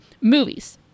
movies